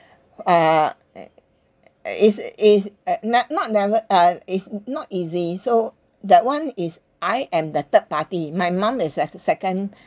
uh it's uh is uh not not never uh it's not easy so that one is I am the third party my mum that is sec~ second